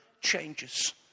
changes